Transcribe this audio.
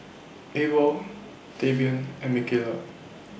Abel Tavian and Micayla